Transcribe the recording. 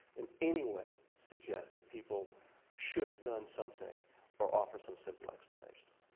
in any way, suggest that people should have done something or offer some simple explanations.